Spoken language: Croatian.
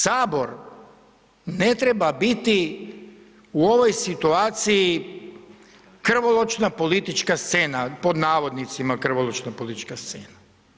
Sabor ne treba biti u ovoj situaciji krvoločna politička scena, pod navodnicima, krvoločna politička scena.